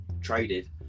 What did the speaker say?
traded